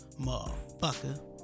motherfucker